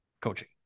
coaching